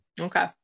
Okay